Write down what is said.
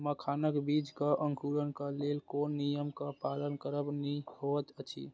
मखानक बीज़ क अंकुरन क लेल कोन नियम क पालन करब निक होयत अछि?